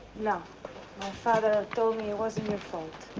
no. my father told me it wasn't your fault.